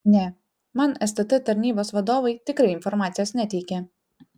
ne man stt tarnybos vadovai tikrai informacijos neteikė